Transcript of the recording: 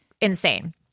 insane